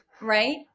Right